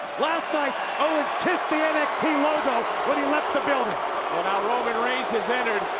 last night owens kissed the nxt logo left the building. well, now roman reigns has entered,